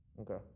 Okay